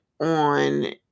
on